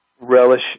relish